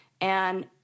And-